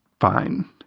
fine